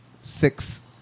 six